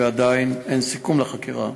ועדיין אין סיכום לחקירה,